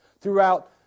throughout